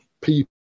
people